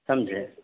समझे